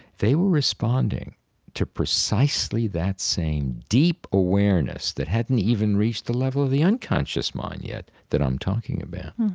they were responding to precisely that same deep awareness that hadn't even reached the level of the unconscious mind yet that i'm talking about